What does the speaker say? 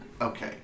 Okay